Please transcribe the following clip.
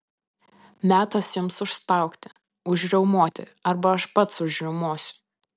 metas jums užstaugti užriaumoti arba aš pats užriaumosiu